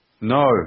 No